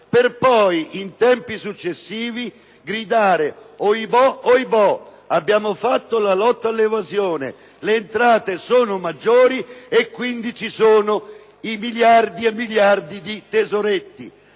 per poi, in tempi successivi, gridare: «Ohibò, ohibò, abbiamo fatto la lotta all'evasione: le entrate sono maggiori e quindi ci sono miliardi e miliardi di tesoretti!».